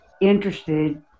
interested